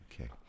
Okay